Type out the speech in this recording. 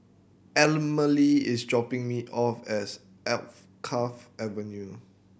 Emily is dropping me off as Alkaff Avenue